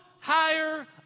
higher